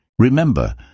Remember